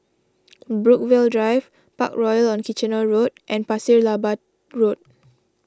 Brookvale Drive Parkroyal on Kitchener Road and Pasir Laba Road